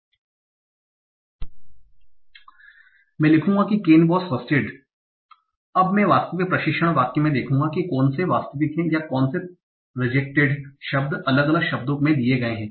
संदर्भ स्लाइड देखें 2224 मैं लिखूंगा कि केन वास रस्टेड हैं अब मैं अपने वास्तविक प्रशिक्षण वाक्य में देखूंगा कि कौन से वास्तविक हैं या कोन से रिजेक्टेड शब्द अलग अलग शब्दों में दिए गए हैं